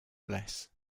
bless